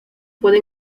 puede